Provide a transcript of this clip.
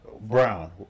Brown